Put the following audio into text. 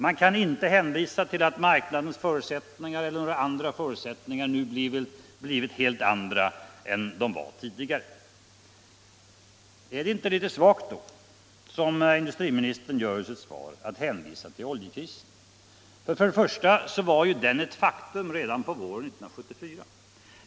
Man kan inte hänvisa till att marknadens förutsättningar eller några andra förutsättningar nu blivit helt andra än de var tidigare.” Är det inte litet svagt då att, som industriministern gör i sitt svar, hänvisa till oljekrisen? För det första var den ett faktum redan på våren 1974.